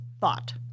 thought